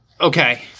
okay